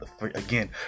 again